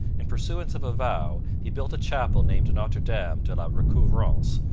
in pursuance of a vow, he built a chapel named notre dame de la recouvrance,